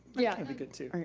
yeah can be good too.